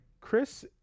Chris